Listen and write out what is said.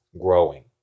growing